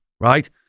right